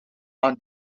aan